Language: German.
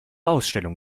ausstellung